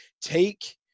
take